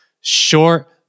short